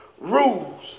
rules